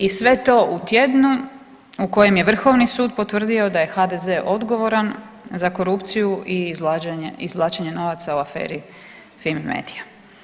I sve to u tjednu u kojem je Vrhovni sud potvrdio da je HDZ odgovoran za korupciju i izvlačenje novaca u aferi Fimi medija.